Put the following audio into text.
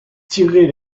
tirez